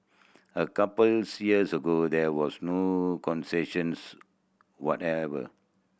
a couples years ago there was no concessions whatever